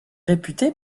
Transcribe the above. réputées